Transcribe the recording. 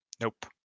Nope